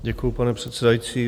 Děkuji, pane předsedající.